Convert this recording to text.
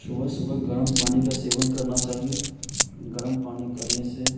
सुबह सुबह गर्म पानी का सेवन करना चाहिए गर्म पानी करने से